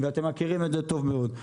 ואתם מכירים את זה טוב מאוד,